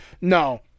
No